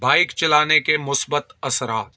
bike چلانے کے مثبت اثرات